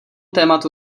tématu